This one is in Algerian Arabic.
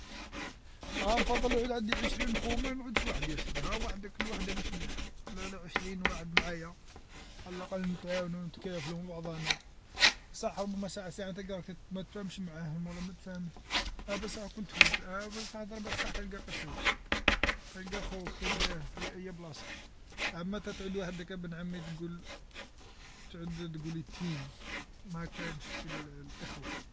أه نفضل يعود عندي عشرين خو و ما نقعدش وحدي اسيدي ها وحدك الوحده ماهيش مليحه لالا عشرين واحد معايا على الأقل نتعاونو نتكافلو مع بعضنا صح ربما ساعه ساعه تلقانا منتفاهمش معاهم ولا مانتفاهم أبصح كون تفوت أبا ضربة صح تلقى خوك تلقى خوك تلقاه في أي بلاصه أما تتعود وحدك أبن عمي تقول تعود تقول يتيم ما كانش كي الإخوه.